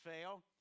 fail